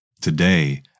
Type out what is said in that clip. Today